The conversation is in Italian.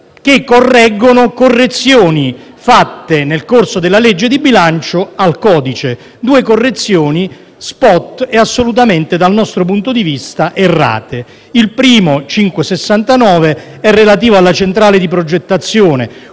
che correggono delle modifiche fatte nel corso della legge di bilancio al codice, due correzioni *spot* e assolutamente, dal nostro punto di vista, errate. Il primo emendamento, il 5.69, è relativo alla centrale di progettazione,